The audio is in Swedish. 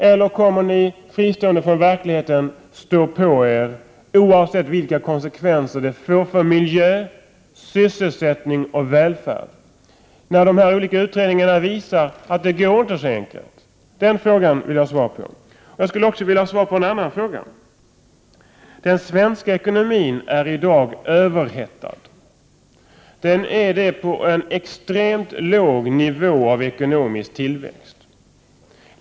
Eller kommer ni att stå på er, fristående från verkligheten, oavsett vilka konsekvenser det får miljö, sysselsättning och välfärd? De olika utredningar som har gjorts visar ju att det inte går så enkelt. Den frågan vill jag ha svar på. Jag skulle också vilja ha svar på en annan fråga. Den svenska ekonomin är i dag överhettad, och det på en extremt låg nivå av ekonomisk tillväxt.